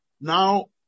now